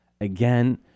again